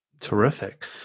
Terrific